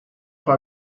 fue